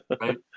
Right